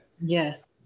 yes